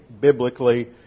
biblically